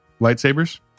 lightsabers